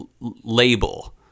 label